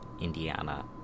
indiana